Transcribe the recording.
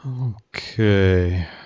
Okay